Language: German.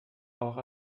auch